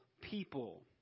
people